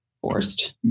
forced